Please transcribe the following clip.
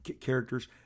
characters